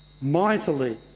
mightily